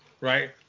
right